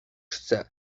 chcę